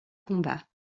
combats